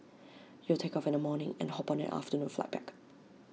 you'll take off in the morning and hop on an afternoon flight back